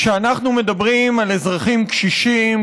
כשאנחנו מדברים על אזרחים קשישים,